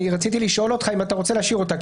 רציתי לשאול אותך אם אתה רוצה להשאיר אותה,